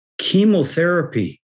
Chemotherapy